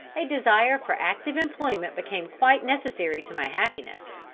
a desire for active employment became quite necessary to my happiness.